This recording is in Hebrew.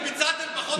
וביצעתם פחות מ-50,